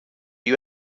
you